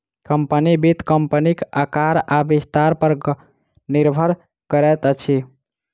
company, वित्त कम्पनीक आकार आ विस्तार पर निर्भर करैत अछि